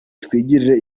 twigirire